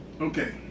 Okay